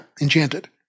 Enchanted